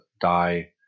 die